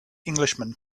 englishman